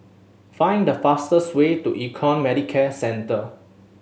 find the fastest way to Econ Medicare Centre